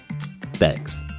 Thanks